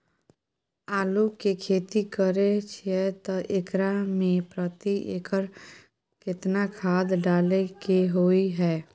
आलू के खेती करे छिये त एकरा मे प्रति एकर केतना खाद डालय के होय हय?